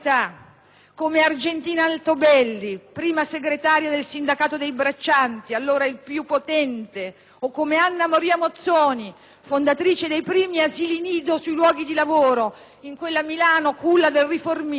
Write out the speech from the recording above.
come Argentina Altobelli, prima segretaria del sindacato dei braccianti (allora il più potente), come Anna Maria Mozzoni, fondatrice dei primi asili nido sui luoghi di lavoro in quella Milano culla del riformismo,